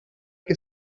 que